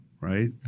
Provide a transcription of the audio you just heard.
right